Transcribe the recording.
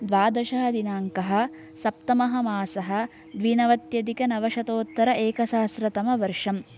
द्वादशः दिनाङ्कः सप्तममासः द्विनवत्यधिक नवशतोत्तर एकसहस्रतमवर्षम्